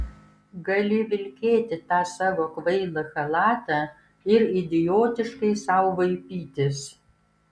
gali vilkėti tą savo kvailą chalatą ir idiotiškai sau vaipytis